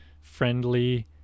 friendly